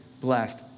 blessed